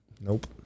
Nope